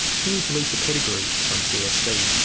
here's lisa pettigrew from csc.